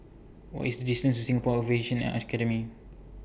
What IS The distance to Singapore Aviation